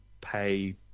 pay